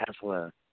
Tesla